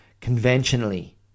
conventionally